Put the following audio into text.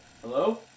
Hello